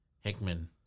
Hickman